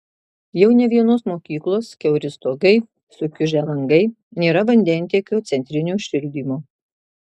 jau ne vienos mokyklos kiauri stogai sukiužę langai nėra vandentiekio centrinio šildymo